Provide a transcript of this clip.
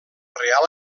reial